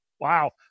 wow